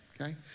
okay